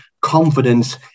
confidence